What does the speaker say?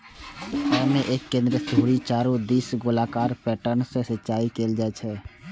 अय मे एक केंद्रीय धुरी के चारू दिस गोलाकार पैटर्न सं सिंचाइ कैल जाइ छै